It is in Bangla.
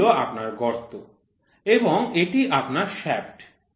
এটি হল আপনার গর্ত এবং এটি আপনার শ্য়াফ্ট